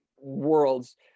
worlds